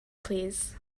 plîs